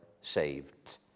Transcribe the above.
saved